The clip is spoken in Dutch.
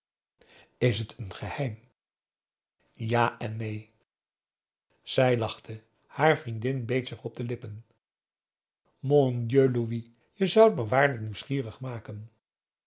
is het een geheim ja en neen zij lachte haar vriendin beet zich op de lippen mon dieu louis je zoudt me waarlijk nieuwsgierig maken